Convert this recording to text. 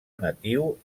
natiu